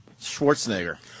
Schwarzenegger